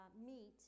meet